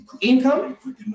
income